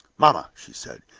mamma! she said,